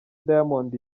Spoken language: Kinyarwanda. diamond